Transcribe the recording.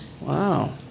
wow